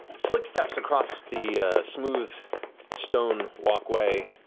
slick steps across the smooth stone walkway.